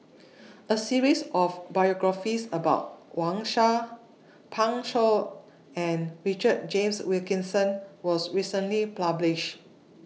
A series of biographies about Wang Sha Pan Shou and Richard James Wilkinson was recently published